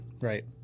right